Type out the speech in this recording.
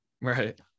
right